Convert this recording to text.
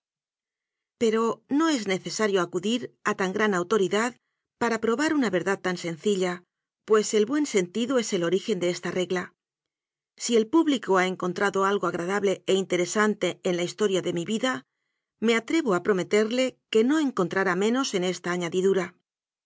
pero no es necesario acudir a tan gran autori dad para probar una verdad tan sencilla pues el buen sentido es el origen de esta regla si él público ha encontrado algo agradable e interesante en la historia de mi vida me atrevo a prometerle que no encontrará menos en esta añadidura